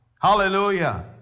Hallelujah